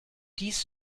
dies